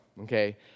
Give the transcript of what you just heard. okay